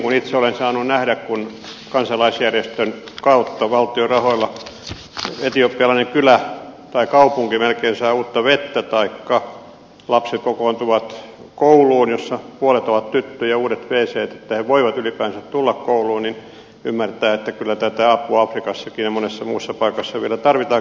kun itse olen saanut nähdä kun kansalaisjärjestön kautta valtion rahoilla etiopialainen kylä tai melkein kaupunki saa uutta vettä tai lapset kokoontuvat kouluun jossa puolet on tyttöjä ja on uudet wct että he voivat ylipäänsä tulla kouluun niin ymmärtää että kyllä tätä apua afrikassakin ja monessa muussa paikassa vielä tarvitaan